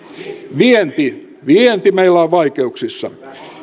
vienti vienti meillä on vaikeuksissa